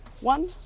one